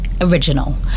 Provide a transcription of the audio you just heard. original